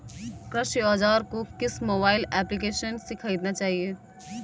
कृषि औज़ार को किस मोबाइल एप्पलीकेशन से ख़रीदना चाहिए?